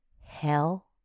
Hell